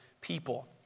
people